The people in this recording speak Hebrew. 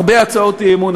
הרבה הצעות אי-אמון,